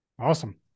Awesome